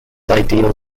ideal